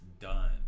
done